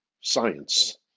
science